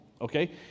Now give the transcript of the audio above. Okay